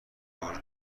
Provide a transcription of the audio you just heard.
دور